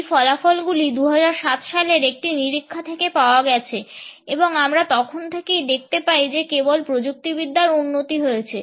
এই ফলাফলগুলি 2007 সালের একটি নিরীক্ষা থেকে পাওয়া গেছে এবং আমরা তখন থেকেই দেখতে পাই যে কেবল প্রযুক্তিবিদ্যার উন্নতি হয়েছে